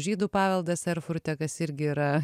žydų paveldas erfurte kas irgi yra